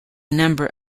number